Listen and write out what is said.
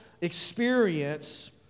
experience